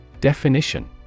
Definition